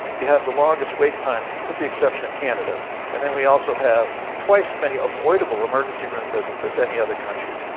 we have the longest wait times with the exception of canada and then we also have twice as many avoidable emergency room visits as any other country.